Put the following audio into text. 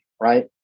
right